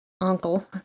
uncle